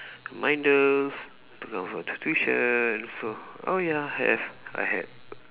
reminders to come for tuition so oh ya have I had